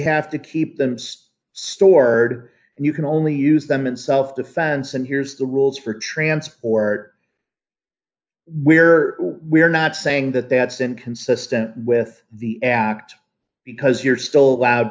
have to keep them space stored and you can only use them in self defense and here's the rules for transport where we're not saying that that's inconsistent with the act because you're still allowed